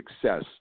success